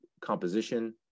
composition